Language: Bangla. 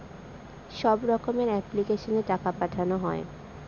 সব রকমের এপ্লিক্যাশনে টাকা পাঠানো হয়